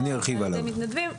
על ידי מתנדבים.